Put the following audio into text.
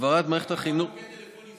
הקמת מוקד טלפוני,